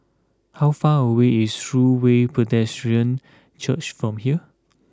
how far away is True Way Pedestrian Church from here